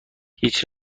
هیچ